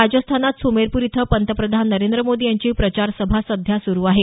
राजस्थानात सुमेरपूर इथं पंतप्रधान नरेंद्र मोदी यांची प्रचारसभा सध्या सुरू आहे